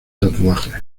tatuajes